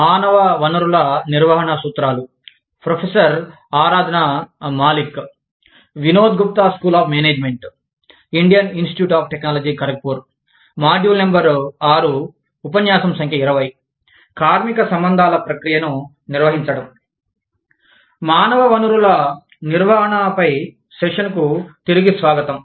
మానవ వనరుల నిర్వహణపై సెషన్ కు తిరిగి స్వాగతం